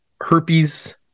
herpes